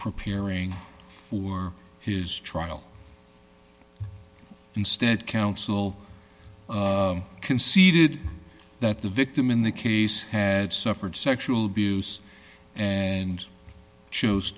preparing for his trial instead counsel conceded that the victim in the case had suffered sexual abuse and chose